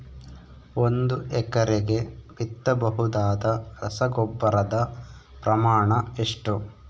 ಒಂದು ಎಕರೆಗೆ ಬಿತ್ತಬಹುದಾದ ರಸಗೊಬ್ಬರದ ಪ್ರಮಾಣ ಎಷ್ಟು?